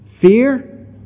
fear